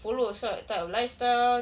follow a sor~ a type of lifestyle